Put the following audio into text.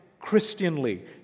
Christianly